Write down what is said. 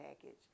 package